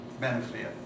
benefit